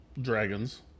Dragons